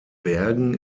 bergen